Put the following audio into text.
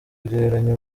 kugereranya